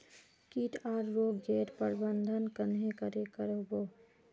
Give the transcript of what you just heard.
किट आर रोग गैर प्रबंधन कन्हे करे कर बो?